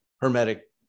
Hermetic